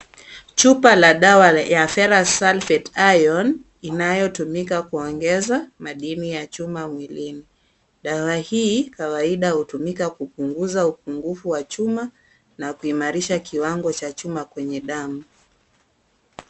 Chupa la dawa ya Fera Sulphate iron inayotumika kuongeza madini ya chuma mwilini. Dawa hii kawaida hutumika kupunguza upungufu wa chua na kuimarisha kiwango cha chuma kwenye damu.